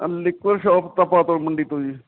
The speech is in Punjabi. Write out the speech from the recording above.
ਲਿਕੁਅਰ ਸ਼ੌਪ ਤਪਾ ਤੋਂ ਮੰਡੀ ਤੋਂ ਜੀ